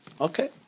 Okay